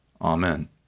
Amen